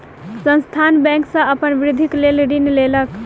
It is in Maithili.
संस्थान बैंक सॅ अपन वृद्धिक लेल ऋण लेलक